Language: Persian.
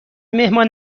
مهمان